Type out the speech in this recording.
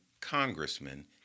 congressman